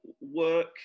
work